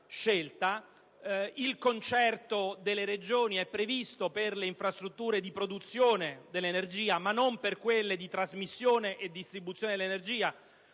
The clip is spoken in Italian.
Inoltre, il concerto delle Regioni è previsto per le infrastrutture di produzione dell'energia, ma non per quelle di trasmissione e distribuzione della stessa.